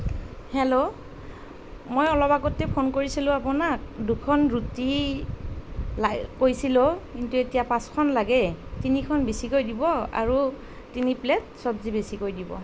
hello মই অলপ আগতে ফোন কৰিছিলোঁ আপোনাক দুখন ৰুটি কৈছিলোঁ কিন্তু এতিয়া পাঁচখন লাগে তিনিখন বেছিকৈ দিব আৰু তিনি প্লেট চবজি বেছিকৈ দিব